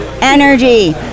Energy